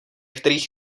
kterých